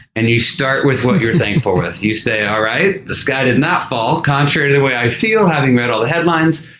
and you start with what you're thankful for. you say, all right, the sky did not fall contrary to the way i feel having read all the headlines.